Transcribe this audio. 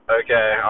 okay